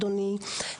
אדוני,